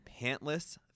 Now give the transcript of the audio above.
Pantless